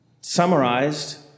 summarized